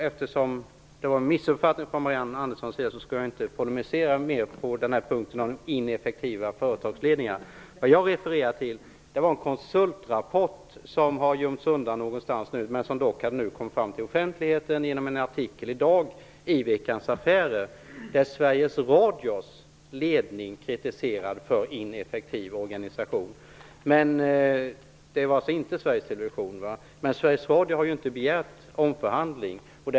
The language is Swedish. Eftersom det var en missuppfattning från Marianne Anderssons sida skall jag inte polemisera mer när det gäller ineffektiva företagsledningar. Vad jag refererade till var en konsultrapport som hade gömts undan någonstans men som dock kom fram i offentligheten genom en artikel i Veckans Affärer i dag. Det var Sveriges Radios ledning som kritiserades för ineffektiv organisation. Det gällde alltså inte Sveriges Men Sveriges Radio har inte begärt omförhandling.